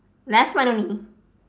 last month only